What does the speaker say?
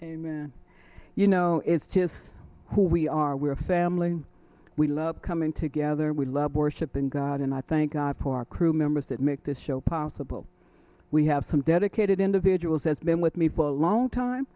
and you know it's just who we are we're a family we love coming together we love worshipping god and i thank god for our crew members that make this show possible we have some dedicated individuals has been with me well a long time